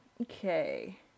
okay